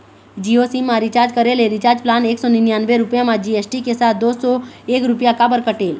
Jio sim मा recharge करे ले रिचार्ज प्लान एक सौ निन्यानबे रुपए मा जी.एस.टी के साथ दो सौ एक रुपया काबर कटेल?